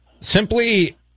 Simply